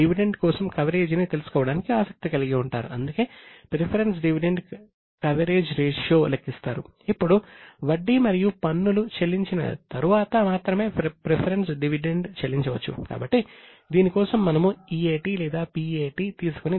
కాబట్టి profit after tax అని పిలువబడే ఒక ముఖ్యమైన నిష్పత్తి ఉంది